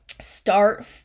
start